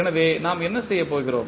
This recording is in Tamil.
எனவே நாம் என்ன செய்யப்போகிறோம்